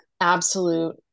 absolute